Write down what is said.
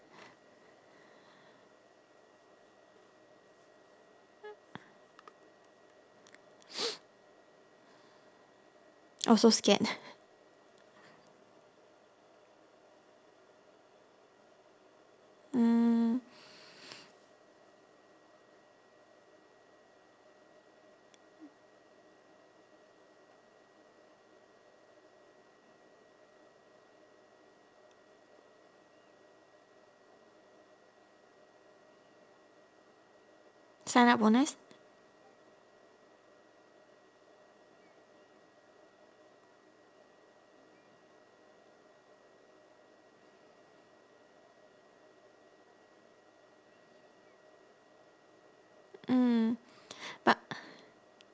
also scared mm sign up bonus mm but